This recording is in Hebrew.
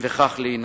וכך להינצל.